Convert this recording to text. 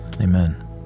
Amen